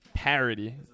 parody